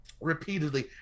repeatedly